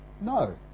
No